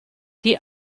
die